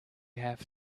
have